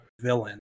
villain